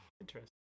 Interesting